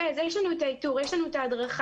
אם כן, יש לנו את האיתור ויש לנו את ההדרכה.